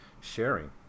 sharing